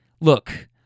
look